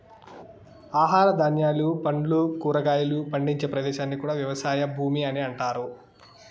ఆహార ధాన్యాలు, పండ్లు, కూరగాయలు పండించే ప్రదేశాన్ని కూడా వ్యవసాయ భూమి అని అంటారు